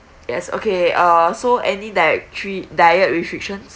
yes okay uh so any dietary diet restrictions